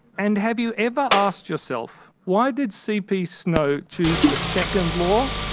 and have you ever asked yourself why did cp snow choose the second law?